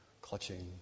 clutching